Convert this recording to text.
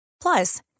Plus